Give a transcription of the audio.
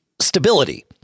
stability